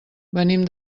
venim